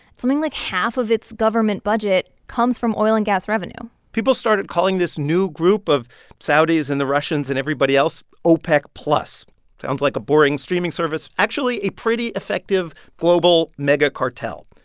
something like half of its government budget comes from oil and gas revenue people started calling this new group of saudis and the russians and everybody else opec-plus. sounds like a boring streaming service actually a pretty effective global megacartel.